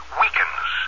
weakens